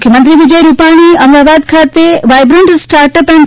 મુખ્યમંત્રી વિજય રૂપાણી અમદાવાદ ખાતે vibrant startup and